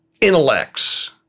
intellects